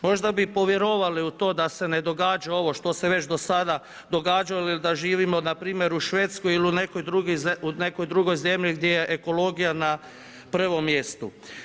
Možda bi povjerovali u to da se ne događa ovo što se već do sada događalo ili da živimo npr. u Švedskoj ili u nekoj drugoj zemlji gdje je ekologija na prvom mjestu.